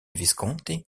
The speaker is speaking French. visconti